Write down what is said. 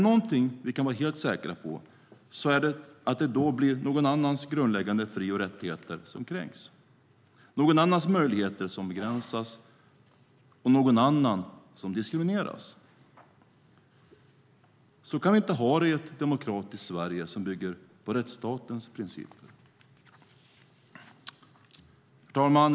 Någonting som vi kan vara helt säkra på är att det då blir någon annans grundläggande fri och rättigheter som kränks, någon annans möjligheter som begränsas och någon annan som diskrimineras. Så kan vi inte ha det i ett demokratiskt Sverige som bygger på rättsstatens principer. Herr talman!